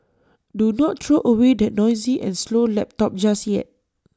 do not throw away that noisy and slow laptop just yet